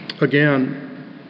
Again